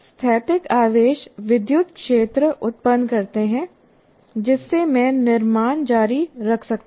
स्थैतिक आवेश विद्युत क्षेत्र उत्पन्न करते हैं जिससे मैं निर्माण जारी रख सकता हूँ